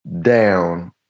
down